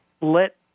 let